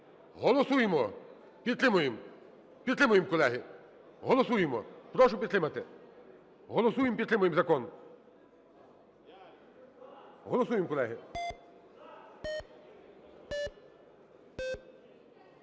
Голосуємо! Підтримуємо! Підтримуємо, колеги. Голосуємо! Прошу підтримати. Голосуємо і підтримуємо закон. Голосуємо, колеги.